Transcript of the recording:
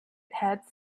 heads